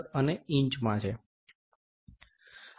અને ઇંચમાં છે